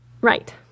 Right